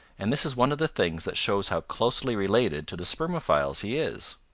and this is one of the things that shows how closely related to the spermophiles he is.